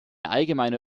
allgemeine